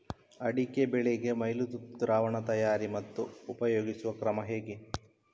ಅಡಿಕೆ ಬೆಳೆಗೆ ಮೈಲುತುತ್ತು ದ್ರಾವಣ ತಯಾರಿ ಮತ್ತು ಉಪಯೋಗಿಸುವ ಕ್ರಮ ಹೇಗೆ?